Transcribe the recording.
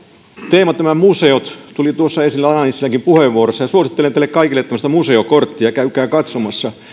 teema tämä museot tuli tuossa esille ala nissilänkin puheenvuorossa suosittelen teille kaikille tämmöistä museokorttia käykää katsomassa